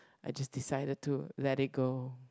I just decided to let it go